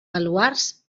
baluards